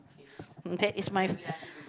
that is my